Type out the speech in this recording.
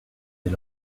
des